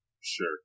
Sure